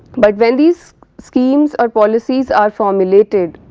but when these schemes or policies are formulated